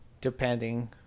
depending